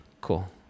Cool